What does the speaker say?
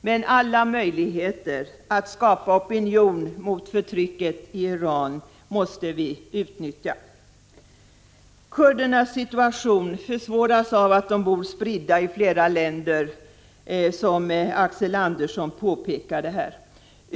Men alla möjligheter att skapa opinion mot förtrycket i Iran måste vi utnyttja. Kurdernas situation försvåras av att de bor spridda i flera länder, som Axel Andersson påpekade här.